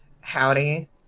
Howdy